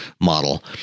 model